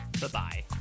Bye-bye